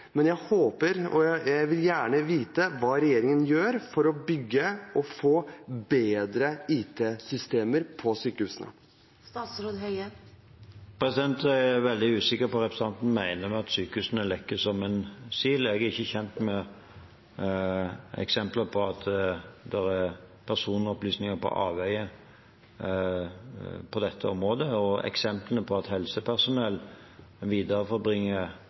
Men jeg håper og vil gjerne vite hva regjeringen gjør for å bygge og få bedre IT-systemer i sykehusene. Jeg er veldig usikker på hva representanten mener med at sykehusene lekker som en sil. Jeg er ikke kjent med eksempler på at det er personopplysninger på avveie på dette området. Eksempler på at helsepersonell bringer videre